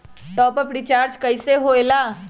Top up recharge कइसे होएला?